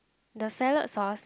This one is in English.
the salad sauce